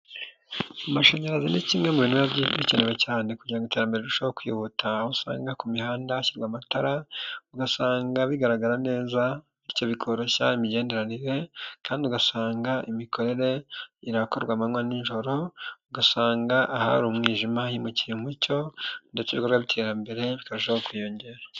Amashanyarazi ni kimwe mu bintu bikenewe cyane kugira ngo iterambere rirusheho kwihuta, aho usanga ku mihanda hashyirwa amatara, ugasanga bigaragara neza bityo bikoroshya imigenderanire kandi ugasanga imikorere irakorwa amanywa n'ijoro, ugasanga ahari umwijima himukiye umucyo ndetse ibikorwa by'iterambere bikarushaho kwiyongera.